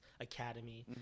academy